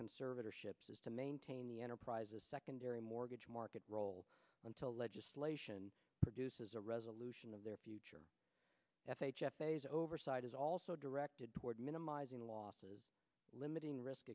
conservatorships is to maintain the enterprise a secondary mortgage market role until legislation produces a resolution of their future s h s phase oversight is also directed toward minimizing losses limiting risk